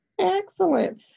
Excellent